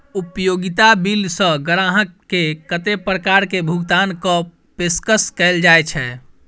उपयोगिता बिल सऽ ग्राहक केँ कत्ते प्रकार केँ भुगतान कऽ पेशकश कैल जाय छै?